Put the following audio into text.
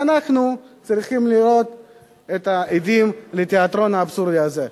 ואנחנו צריכים להיות עדים לתיאטרון האבסורד הזה.